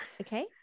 okay